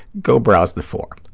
go browse the forum.